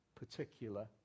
Particular